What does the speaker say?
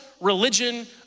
religion